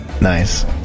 Nice